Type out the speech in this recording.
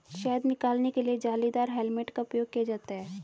शहद निकालने के लिए जालीदार हेलमेट का उपयोग किया जाता है